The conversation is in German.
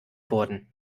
worden